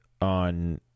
on